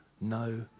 No